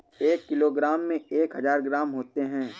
एक किलोग्राम में एक हजार ग्राम होते हैं